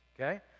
okay